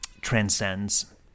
transcends